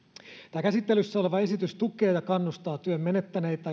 tämä käsittelyssä oleva esitys tukee ja kannustaa työn menettäneitä